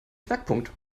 knackpunkt